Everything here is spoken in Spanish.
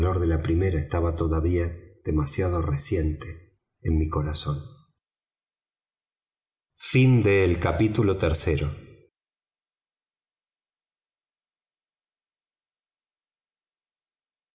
la primera estaba todavía demasiado reciente en mi corazón capítulo